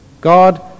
God